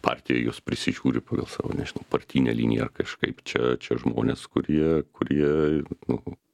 partija juos prisižiūri pagal savo nežinau partinę liniją ar kažkaip čia čia žmonės kurie kurie nu